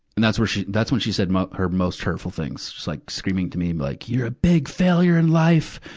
and that's where she, that's when she said most, her most hurtful things. she's like screaming to me like, you're a big failure in life!